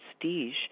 prestige